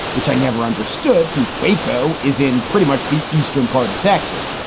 which i never understood since. waco is in pretty much the eastern part of texas,